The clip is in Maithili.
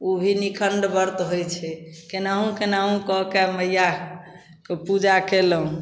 ओ भी निखण्ड वर्त होइ छै कोनाहु कोनाहु कऽके मइआके पूजा कएलहुँ